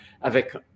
avec